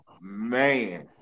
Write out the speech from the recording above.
man